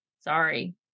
sorry